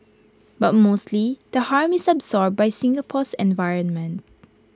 but mostly the harm is absorbed by Singapore's environment